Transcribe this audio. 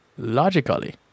Logically